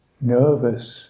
nervous